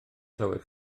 clywed